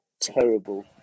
terrible